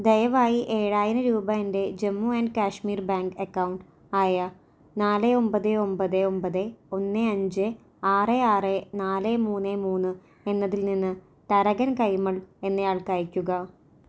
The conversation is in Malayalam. ദയവായി ഏഴായിരം രൂപ എൻ്റെ Jammu and Kashmir bank account ആയ നാല് ഒമ്പത് ഒമ്പത് ഒമ്പത് ഒന്ന് അഞ്ച് ആറ് ആറ് നാല് മൂന്ന് മൂന്ന് എന്നതിൽ നിന്ന് തരകൻ കൈമൾ എന്നയാൾക്ക് അയയ്ക്കുക